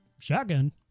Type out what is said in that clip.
shotgun